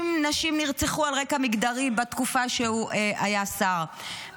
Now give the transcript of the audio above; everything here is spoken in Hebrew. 60 נשים נרצחו על רקע מגדרי בתקופה שהוא היה שר,